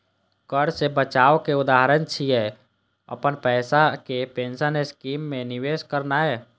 कर सं बचावक उदाहरण छियै, अपन पैसा कें पेंशन स्कीम मे निवेश करनाय